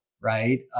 right